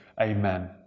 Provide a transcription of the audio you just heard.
Amen